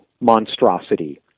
monstrosity